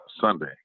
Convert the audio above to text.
Sunday